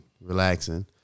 relaxing